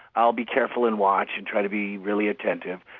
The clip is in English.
i'll be careful, and watch and try to be really attentive.